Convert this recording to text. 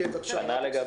תודה.